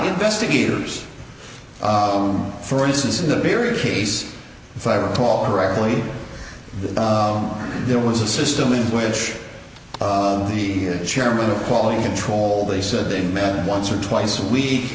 investigators for instance in the period case if i recall correctly there was a system in which the chairman of quality control they said they meant once or twice a week